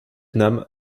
nam